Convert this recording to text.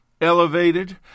elevated